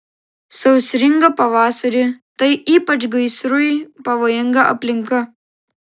sausringą pavasarį tai ypač gaisrui pavojinga aplinka